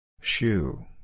Shoe